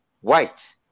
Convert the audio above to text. White